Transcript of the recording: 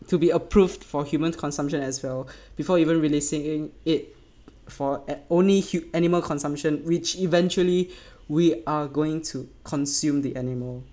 to be approved for human consumption as well before even releasing it for at only hu~ animal consumption which eventually we are going to consume the animal